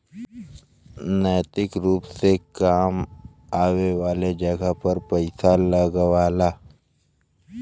नैतिक रुप से काम आए वाले जगह पर पइसा लगावला